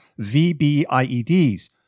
VBIEDs